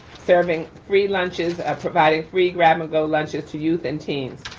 serving three lunches, providing free grab and go lunches to youth and teens.